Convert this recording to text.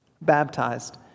baptized